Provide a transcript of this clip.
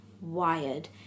wired